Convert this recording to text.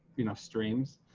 you know streams.